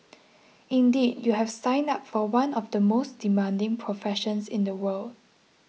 indeed you have signed up for one of the most demanding professions in the world